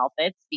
outfits